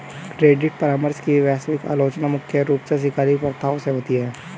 credit परामर्श की वैश्विक आलोचना मुख्य रूप से शिकारी प्रथाओं से होती है